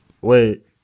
Wait